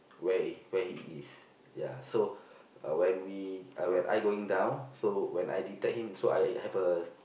where he where he is ya so when we uh when I going down so when I detect him so I have a